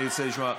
אני ארצה לשמוע.